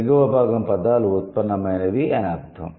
దిగువ భాగo పదాలు ఉత్పన్నమైనవి అని అర్ధం